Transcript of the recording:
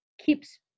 keeps